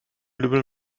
lümmel